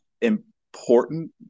important